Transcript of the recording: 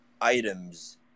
items